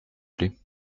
plait